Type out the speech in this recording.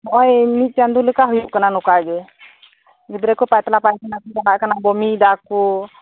ᱱᱚᱜᱚᱭ ᱢᱤᱫ ᱪᱟᱫᱩ ᱞᱮᱠᱟ ᱦᱩᱭᱩᱜ ᱠᱟᱱᱟ ᱱᱚᱠᱟ ᱜᱮ ᱜᱤᱫᱽᱨᱟᱹ ᱠᱩ ᱯᱟᱛᱞᱟ ᱯᱟᱭᱠᱷᱟᱱᱟ ᱠᱩ ᱪᱟᱞᱟᱜ ᱠᱟᱱᱟ ᱵᱚᱢᱤᱭᱮᱫᱟ ᱠᱩ